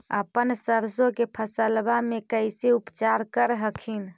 अपन सरसो के फसल्बा मे कैसे उपचार कर हखिन?